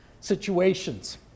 situations